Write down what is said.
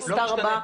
הנסתר הבא?